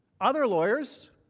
other lawyers.